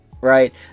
right